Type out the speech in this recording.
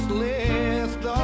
list